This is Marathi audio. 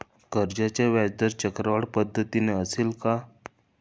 कर्जाचा व्याजदर चक्रवाढ पद्धतीने असेल का?